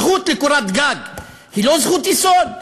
הזכות לקורת גג היא לא זכות יסוד?